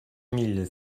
mille